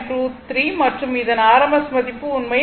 23 மற்றும் இதன் rms மதிப்பு உண்மையில் 13